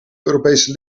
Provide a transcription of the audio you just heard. europese